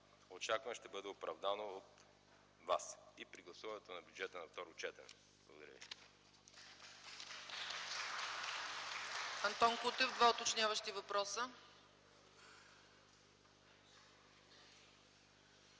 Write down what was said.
очакване ще бъде оправдано от вас и при гласуването на бюджета на второ четене. Благодаря ви.